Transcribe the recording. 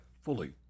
fully